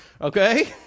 Okay